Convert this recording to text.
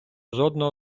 жодного